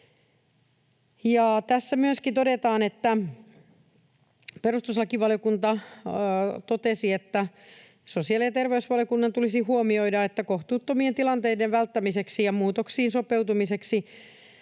Tässä myöskin todetaan, että perustuslakivaliokunta totesi, että sosiaali- ja terveysvaliokunnan tulisi huomioida, että kohtuuttomien tilanteiden välttämiseksi ja muutoksiin sopeutumiseksi